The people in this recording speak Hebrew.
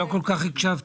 לא כל כך הקשבתי.